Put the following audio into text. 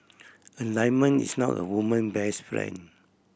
a diamond is not a woman best friend